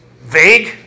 vague